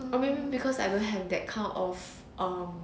I mean because I don't have that kind of um